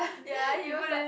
ya he was like